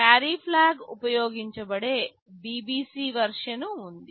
carry flag ఉపయోగించబడే BBC version ఉంది